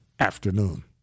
afternoon